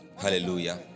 hallelujah